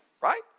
right